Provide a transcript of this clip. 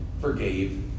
forgave